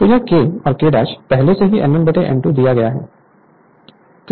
तो यह K और K पहले से ही N1N2 दिया गया है